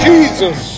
Jesus